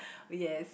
yes